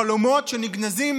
חלומות נגנזים